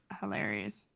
hilarious